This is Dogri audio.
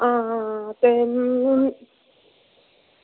आं ते